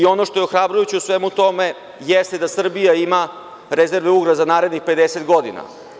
Ono što je ohrabrujuće u svemu tome jeste da Srbija ima rezerve uglja za narednih 50 godina.